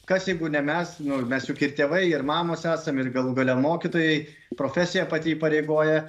kas jeigu ne mes nu mes juk ir tėvai ir mamos esam ir galų gale mokytojai profesija pati įpareigoja